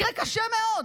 מקרה קשה מאוד.